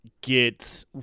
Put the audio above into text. get